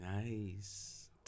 nice